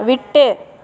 விட்டு